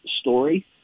story